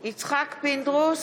יצחק פינדרוס,